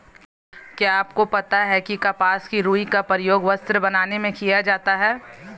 क्या आपको पता है कपास की रूई का प्रयोग वस्त्र बनाने में किया जाता है?